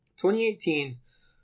2018